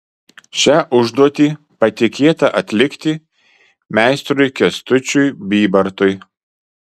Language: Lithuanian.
šią užduotį patikėta atlikti meistrui kęstučiui bybartui